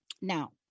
Now